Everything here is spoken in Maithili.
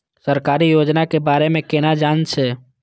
सरकारी योजना के बारे में केना जान से?